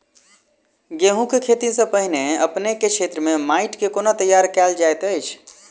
गेंहूँ केँ खेती सँ पहिने अपनेक केँ क्षेत्र मे माटि केँ कोना तैयार काल जाइत अछि?